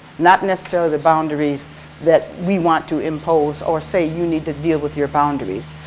not necessarily the boundaries that we want to impose or say you need to deal with your boundaries.